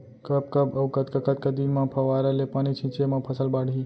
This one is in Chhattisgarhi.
कब कब अऊ कतका कतका दिन म फव्वारा ले पानी छिंचे म फसल बाड़ही?